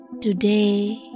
today